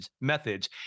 methods